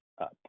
up